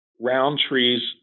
Roundtree's